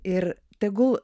ir tegul